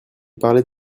parlait